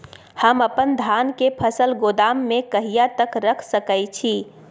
हम अपन धान के फसल गोदाम में कहिया तक रख सकैय छी?